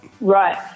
Right